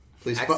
please